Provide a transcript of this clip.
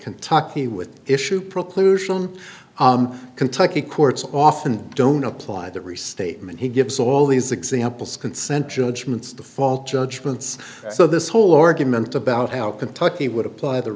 kentucky with issue preclusion kentucky courts often don't apply the restatement he gives all these examples consent judgments the fault judgments so this whole organ meant about how kentucky would apply the